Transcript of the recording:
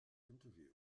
interview